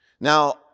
now